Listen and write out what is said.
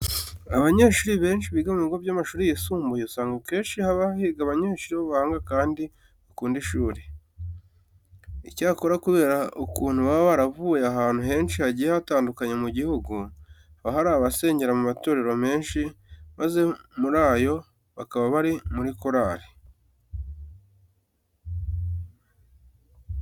Abanyeshuri biga mu bigo by'amashuri yisumbuye, usanga akenshi haba higa abanyeshuri b'abahanga kandi bakunda ishuri. Icyakora kubera ukuntu baba baravuye ahantu henshi hagiye hatandukanye mu gihugu, haba hari abasengera mu matorero menshi maze muri yo bakaba bari muri korari.